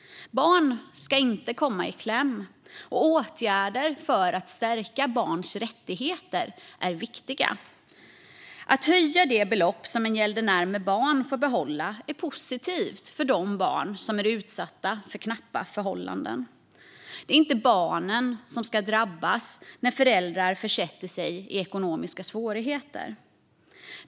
Barn ska inte komma i kläm, och åtgärder för att stärka barns rättigheter är viktiga. Att höja det belopp som en gäldenär med barn får behålla är positivt för de barn som är utsatta för att leva under knappa förhållanden. Det är inte barnen som ska drabbas när föräldrarna försätter sig i ekonomiska svårigheter.